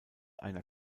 einer